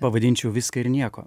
pavadinčiau viską ir nieko